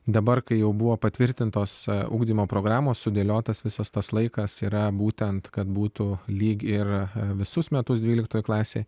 dabar kai jau buvo patvirtintos ugdymo programos sudėliotas visas tas laikas yra būtent kad būtų lyg ir visus metus dvyliktoje klasėje